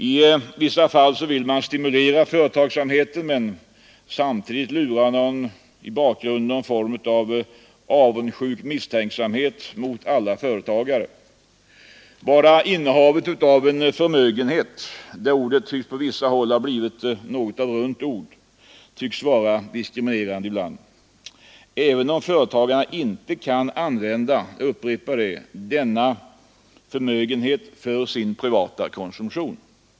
I vissa fall vill man stimulera företagsamheten, men samtidigt lurar i bakgrunden någon form av avundsjuk misstänksamhet mot alla företagare. Bara innehavet av en förmögenhet — det ordet tycks på vissa håll ha blivit ett runt ord — tycks vara diskriminerande ibland, även om företagarna, det vill jag upprepa, inte kan använda denna förmögenhet för sin privata konsumtion.